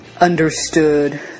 understood